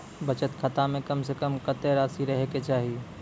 बचत खाता म कम से कम कत्तेक रासि रहे के चाहि?